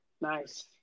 Nice